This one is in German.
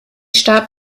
starb